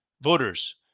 voters